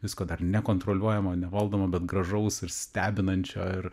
visko dar nekontroliuojamo nevaldomo bet gražaus ir stebinančio ir